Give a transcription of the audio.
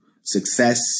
success